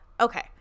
okay